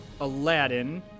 Aladdin